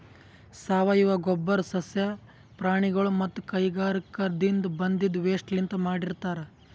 ಸಾವಯವ ಗೊಬ್ಬರ್ ಸಸ್ಯ ಪ್ರಾಣಿಗೊಳ್ ಮತ್ತ್ ಕೈಗಾರಿಕಾದಿನ್ದ ಬಂದಿದ್ ವೇಸ್ಟ್ ಲಿಂತ್ ಮಾಡಿರ್ತರ್